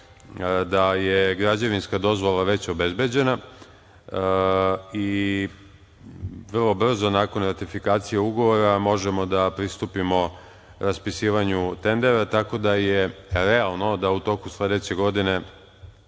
da je građevinska dozvola već obezbeđena i vrlo brzo, nakon ratifikacije ugovora, možemo da pristupimo raspisivanju tendera, tako da je realno da u toku sledeće godine